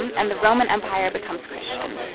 and and the roman empire becomes christian.